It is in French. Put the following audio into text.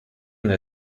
n’a